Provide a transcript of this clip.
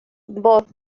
bob